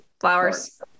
flowers